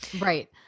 Right